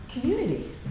community